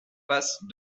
face